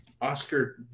Oscar